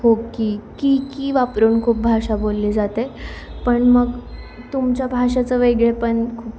हो की की की वापरून खूप भाषा बोलली जाते पण मग तुमच्या भाषेचं वेगळेपण